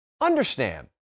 Understand